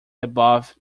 above